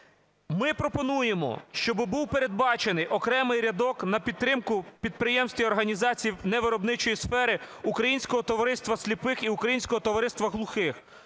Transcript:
Ми пропонуємо, щоб був передбачений окремий рядок на підтримку підприємств і організацій невиробничої сфери Українського товариства сліпих і Українського товариства глухих.